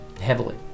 heavily